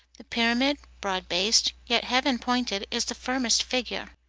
the pyramid, broad-based, yet heaven-pointed, is the firmest figure.